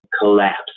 collapse